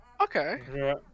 Okay